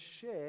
share